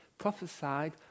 Prophesied